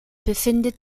befindet